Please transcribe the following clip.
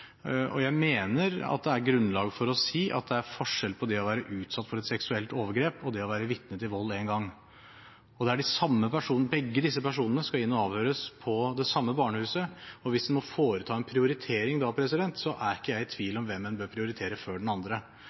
Jeg mener at det er grunnlag for å si at det er forskjell mellom det å være utsatt for et seksuelt overgrep og det å være vitne til vold én gang. Begge disse personene skal inn og avhøres på det samme barnehuset, og hvis man da må foreta en prioritering, er jeg ikke i tvil om hvem man bør prioritere før den andre.